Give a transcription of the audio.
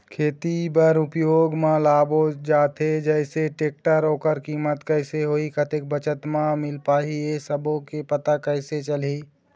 खेती बर उपयोग मा लाबो जाथे जैसे टेक्टर ओकर कीमत कैसे होही कतेक बचत मा मिल पाही ये सब्बो के पता कैसे चलही?